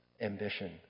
ambition